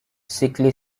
sickly